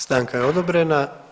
Stanka je odobrena.